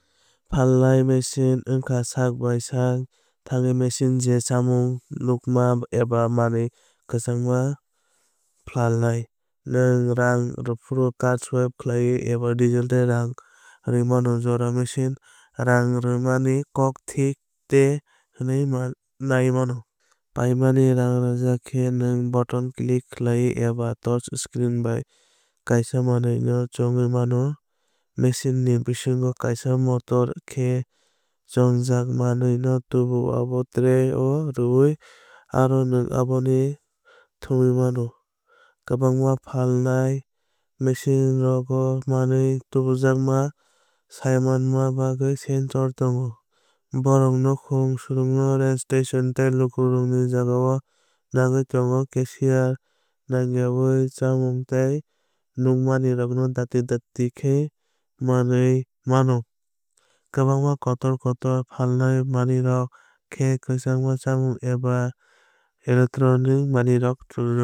Phalnai machine wngkha sak bai sak thwngnai machine je chamung nugma eba manwi kwchangma phalnai. Nwng rang rwphuru card swipe khlawui eba digital rang rwmani jorao machine rang rwmani kok thik de hwnwi nai naio. Paimani rang rwjak khe nwng button click khlaiwi eba touchscreen bai kaisa manwi no chongwi mano. Machine ni bisingo kaisa motor khe chongjak manwi no tubuo abo tray o rwwi aro nwng abono thumwi mano. Kwbangma phalnai machine rogo manwi tubujakmano saimanna bagwi sensors tongo. Bohrok nokhung swrungnok rail station tei lukurokni jagao nangwui tongo cashier nangyawi chamung tei nungmungrokno dakti dakti khe manwi mano. Kwbangma kotor kotor phalnai manwuirok khe kwchangma chamung eba electronic manwirokbo rwjago.